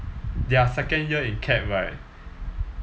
their second year in cap right